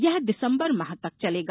यह दिसंबर माह तक चलेगा